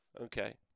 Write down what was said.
Okay